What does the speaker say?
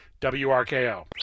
wrko